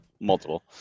Multiple